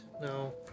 No